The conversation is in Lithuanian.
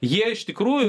jie iš tikrųjų